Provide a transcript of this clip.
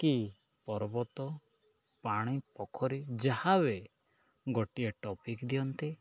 କି ପର୍ବତ ପାଣି ପୋଖରୀ ଯାହାବେ ଗୋଟିଏ ଟପିକ ଦିଅନ୍ତି